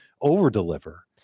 over-deliver